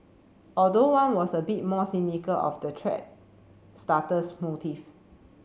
although one was a bit more cynical of the thread starter's motive